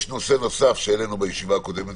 יש נושא נוסף שהעלינו בישיבה הקודמת.